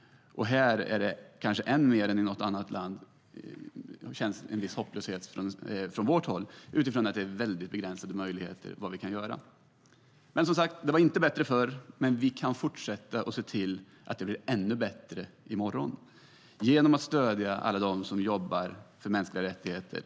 Här känner vi från vårt håll mer än för något annat land en hopplöshet eftersom möjligheterna för vad vi kan göra är begränsade. Det var inte bättre förr, men vi kan fortsätta att se till att det blir ännu bättre i morgon genom att stödja alla dem som jobbar för mänskliga rättigheter.